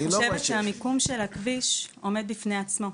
אני חושבת שהמיקום של הכביש עומד בפני עצמו.